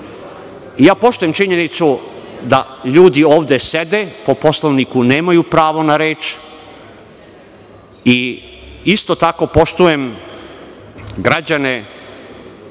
Poštujem činjenicu da ljudi ovde sede, po Poslovniku nemaju pravo na reč. Isto tako, poštujem građane